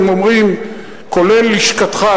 כולל לשכתך,